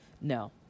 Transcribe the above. No